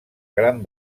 gran